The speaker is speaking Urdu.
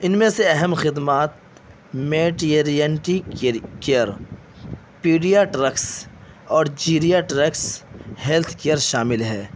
ان میں سے اہم خدمات میٹیرینٹی کیئر پیڈیا ڈرگس اور جیریا ڈرگس ہیلتھ کیئر شامل ہیں